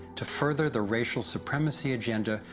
to further the racial supremacy agenda,